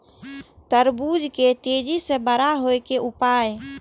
तरबूज के तेजी से बड़ा होय के उपाय?